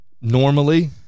Normally